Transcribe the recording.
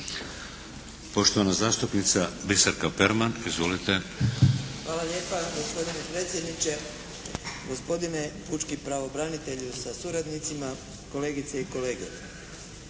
Poštovana zastupnica Biserka Perman. Izvolite. **Perman, Biserka (SDP)** Hvala lijepa gospodine predsjedniče. Gospodine pučki pravobranitelju sa suradnicima, kolegice i kolege.